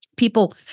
People